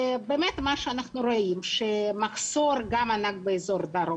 מה שאנחנו רואים הוא באמת שיש מחסור ענק באזור הדרום.